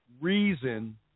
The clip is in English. reason